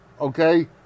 okay